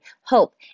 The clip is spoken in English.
hope